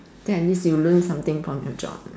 then at least you learnt something from your job lah